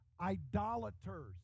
idolaters